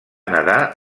nedar